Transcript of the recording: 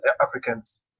Africans